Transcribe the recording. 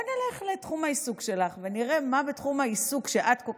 אז בואי נלך לתחום העיסוק שלך ונראה מה תחום העיסוק שאת כל